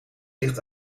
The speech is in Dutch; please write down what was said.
ligt